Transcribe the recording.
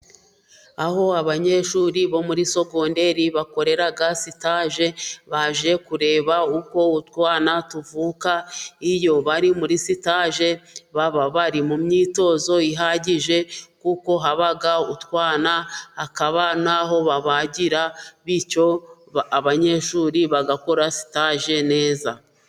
Aho abanyeshuri bo muri sogonderi bakorera sitaje, baje kureba uko utwana tuvuka. Iyo bari muri sitage baba bari mu myitozo ihagije, kuko haba utwana, kakaba na ho babagira, bityo abanyeshuri bagakora sitaje neza.